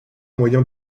moyen